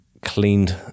cleaned